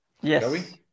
Yes